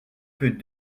que